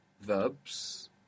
verbs